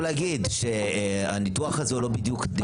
להגיד שהניתוח הזה הוא לא בדיוק ניתוח אורתופדי.